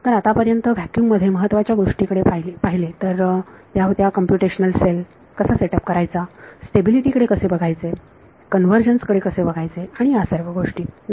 तर आत्तापर्यंत व्हॅक्युम मध्ये महत्त्वाच्या गोष्टीकडे पाहिल्या तर कम्प्युटेशनल सेल कसा सेटप करायचा स्टेबिलिटी कडे कसे बघायचे कन्वर्जन्स कडे कसे बघायचे आणि या सर्व गोष्टी बरोबर